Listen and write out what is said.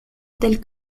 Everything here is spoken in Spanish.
del